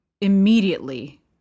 Immediately